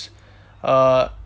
uh